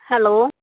hello